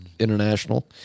International